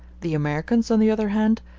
the americans, on the other hand,